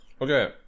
Okay